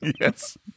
Yes